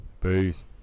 Peace